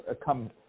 come